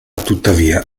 tuttavia